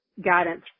guidance